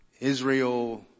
Israel